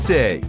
Say